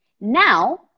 Now